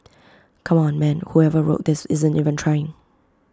come on man whoever wrote this isn't even trying